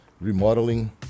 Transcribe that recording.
remodeling